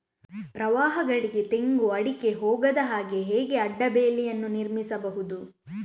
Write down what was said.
ಪ್ರವಾಹಗಳಿಗೆ ತೆಂಗು, ಅಡಿಕೆ ಹೋಗದ ಹಾಗೆ ಹೇಗೆ ಅಡ್ಡ ಬೇಲಿಯನ್ನು ನಿರ್ಮಿಸಬಹುದು?